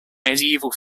medieval